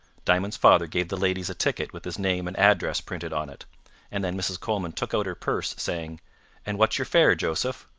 diamond's father gave the ladies a ticket with his name and address printed on it and then mrs. coleman took out her purse, saying and what's your fare, joseph?